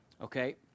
Okay